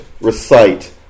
recite